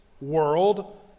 world